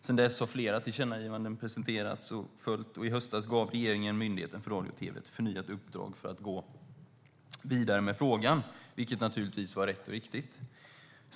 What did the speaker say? Sedan dess har fler tillkännagivanden presenterats.I höstas gav regeringen Myndigheten för press, radio och tv ett förnyat uppdrag för att gå vidare med frågan, vilket naturligtvis var rätt och riktigt.